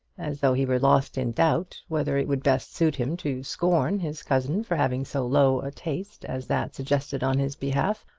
as though he were lost in doubt whether it would best suit him to scorn his cousin for having so low a taste as that suggested on his behalf,